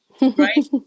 right